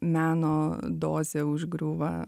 meno dozė užgriūva